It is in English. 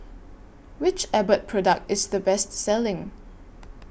Which Abbott Product IS The Best Selling